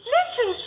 Listen